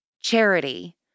charity